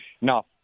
no